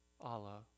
Allah